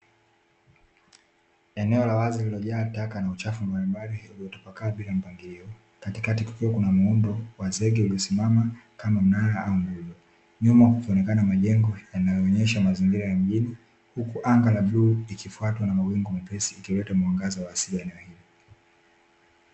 Eneo la wazi lililojaa takataka na uchafu mbalimbali uliotapakaa bila mpangilio ,katikati kukiwa Kuna muundo wa zege ulio simama kama mnara au nguzo. Nyumba kukionekana majengo yanayoonesha mazingira ya mjini , uku anga la bluu likifuatwa na wingu jepesi likileta mwangaza wa asilia wa eneo hilo .